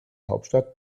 hauptstadt